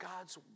God's